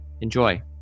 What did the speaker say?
Enjoy